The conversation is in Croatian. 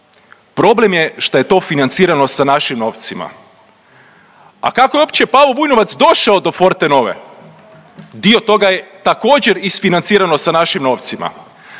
Problem je šta je to financirano sa našim novcima. A kako je uopće Pavo Vujnovac došao do Fortenove? Dio toga je također isfinancirano sa našim novcima.